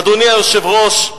אדוני היושב-ראש,